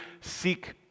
seek